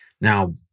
Now